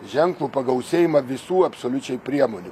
ženklų pagausėjimą visų absoliučiai priemonių